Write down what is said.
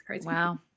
Wow